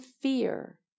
fear